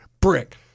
brick